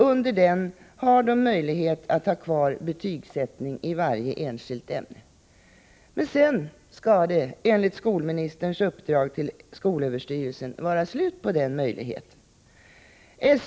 Under denna tid har de möjlighet att ha kvar betygsättning i varje enskilt ämne. Men sedan skall det, enligt skolministerns uppdrag till skolöverstyrelsen, vara slut på den möjligheten.